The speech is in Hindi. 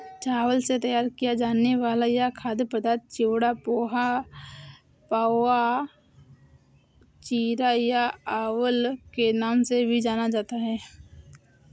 चावल से तैयार किया जाने वाला यह खाद्य पदार्थ चिवड़ा, पोहा, पाउवा, चिरा या अवल के नाम से भी जाना जाता है